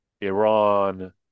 Iran